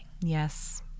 yes